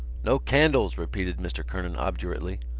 no candles! repeated mr. kernan obdurately.